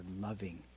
loving